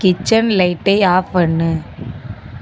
kitchen லைட்டை off பண்ணு